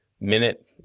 minute